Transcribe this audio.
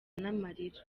n’amarira